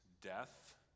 death